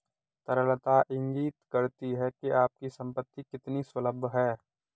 तरलता इंगित करती है कि आपकी संपत्ति कितनी सुलभ है